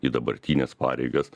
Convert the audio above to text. į dabartines pareigas